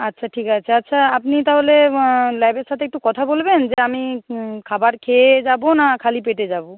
আচ্ছা ঠিক আছে আচ্ছা আপনি তাহলে ল্যাবের সাথে একটু কথা বলবেন যে আমি খাবার খেয়ে যাব না খালি পেটে যাব